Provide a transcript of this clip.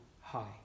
high